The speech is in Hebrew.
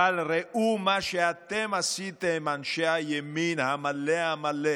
אבל ראו מה שאתם עשיתם, אנשי הימין המלא-המלא,